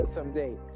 Someday